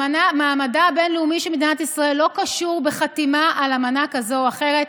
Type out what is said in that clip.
מעמדה הבין-לאומי של מדינת ישראל לא קשור בחתימה על אמנה כזאת או אחרת.